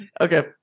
Okay